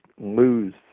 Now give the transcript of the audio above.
lose